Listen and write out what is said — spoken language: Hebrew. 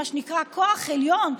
מה שנקרא כוח עליון,